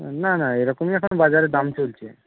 না না এরকমই এখন বাজারে দাম চলছে